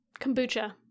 Kombucha